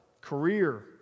Career